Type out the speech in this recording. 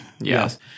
Yes